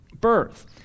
birth